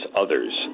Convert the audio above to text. others